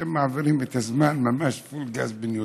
אתם מעבירים את הזמן, ממש פול גז בניוטרל.